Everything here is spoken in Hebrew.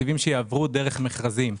תקציבים שיעברו דרך מכרזים.